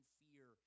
fear